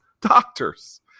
doctors